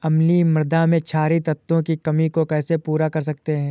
अम्लीय मृदा में क्षारीए तत्वों की कमी को कैसे पूरा कर सकते हैं?